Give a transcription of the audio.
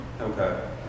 Okay